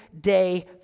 day